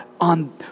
on